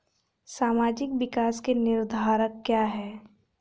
सामाजिक विकास के निर्धारक क्या है?